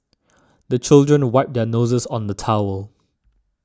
the children wipe their noses on the towel